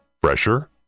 Fresher